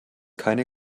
keine